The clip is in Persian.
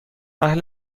اهل